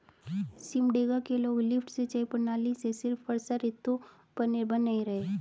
सिमडेगा के लोग लिफ्ट सिंचाई प्रणाली से सिर्फ वर्षा ऋतु पर निर्भर नहीं रहे